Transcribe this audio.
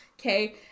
Okay